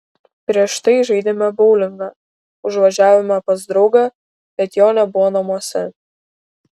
prieš tai žaidėme boulingą užvažiavome pas draugą bet jo nebuvo namuose